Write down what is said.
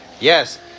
yes